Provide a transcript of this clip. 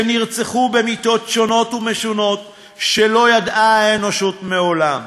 שנרצחו במיתות שונות ומשונות שלא ידעה האנושות מעולם,